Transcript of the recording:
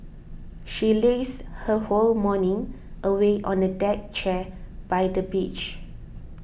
she lazed her whole morning away on a deck chair by the beach